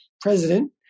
President